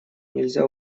нельзя